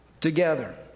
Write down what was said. together